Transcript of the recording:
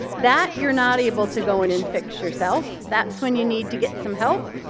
that you're not able to go in and fix yourself. that's when you need to get some help.